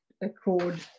accord